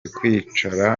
wakwicara